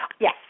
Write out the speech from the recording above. Yes